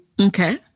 Okay